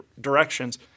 directions